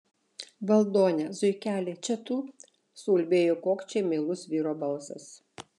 valdone zuikeli čia tu suulbėjo kokčiai meilus vyro balsas